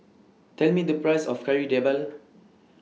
Tell Me The Price of Kari Debal